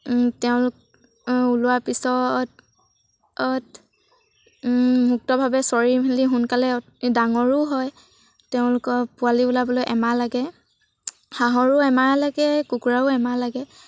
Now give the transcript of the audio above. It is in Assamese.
তেওঁলোক ওলোৱাৰ পিছত মুক্তভাৱে চৰি মেলি সোনকালে অতি ডাঙৰো হয় তেওঁলোকৰ পোৱালি ওলাবলৈ এমাহ লাগে হাঁহৰো এমাহ লাগে কুকুৰাও এমাহ লাগে